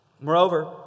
Moreover